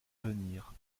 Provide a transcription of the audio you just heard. venir